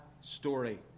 story